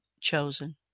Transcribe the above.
chosen